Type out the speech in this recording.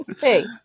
Hey